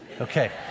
Okay